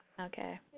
Okay